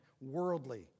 worldly